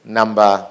number